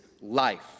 life